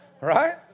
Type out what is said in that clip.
Right